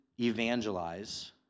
evangelize